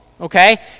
Okay